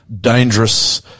dangerous